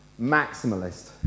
maximalist